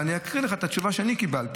ואני אקריא לך את התשובה שקיבלתי.